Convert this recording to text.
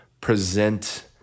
present